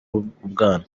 ubwana